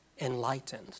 enlightened